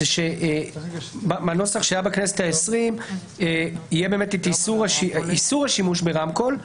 בנוסח שהיה בכנסת העשרים יהיה איסור השימוש ברמקול,